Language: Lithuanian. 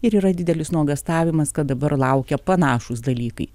ir yra didelis nuogąstavimas kad dabar laukia panašūs dalykai